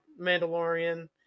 Mandalorian